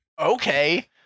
okay